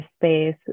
space